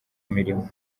mirimo